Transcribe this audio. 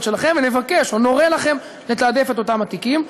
שלכם ונבקש או נורה לכם לתעדף את אותם התיקים.